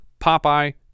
Popeye